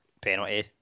penalty